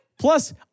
Plus